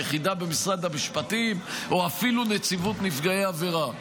יחידה במשרד המשפטים או אפילו נציבות נפגעי העבירה.